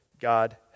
God